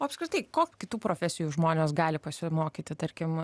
apskritai ko kitų profesijų žmonės gali pasimokyti tarkim